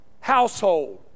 household